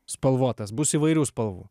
spalvotas bus įvairių spalvų